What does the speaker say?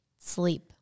sleep